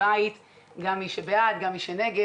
מי שבעד ומי שנגד,